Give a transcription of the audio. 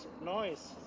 noise